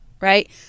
Right